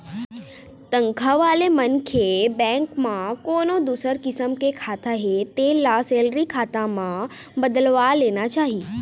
तनखा वाले मनखे के बेंक म कोनो दूसर किसम के खाता हे तेन ल सेलरी खाता म बदलवा लेना चाही